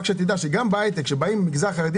רק שתדע שגם בהייטק כשבאים ממגזר חרדי